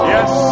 Yes